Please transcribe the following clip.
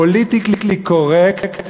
הפוליטיקלי קורקט